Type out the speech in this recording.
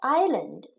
island